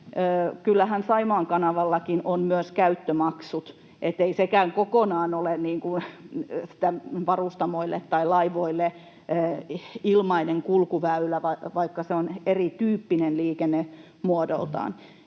Kyllähän Saimaan kanavallakin on käyttömaksut, eli ei sekään kokonaan ole varustamoille tai laivoille ilmainen kulkuväylä, vaikka se on erityyppinen liikennemuodoltaan.